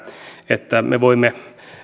että